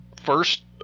first